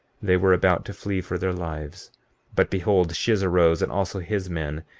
they were about to flee for their lives but behold, shiz arose, and also his men,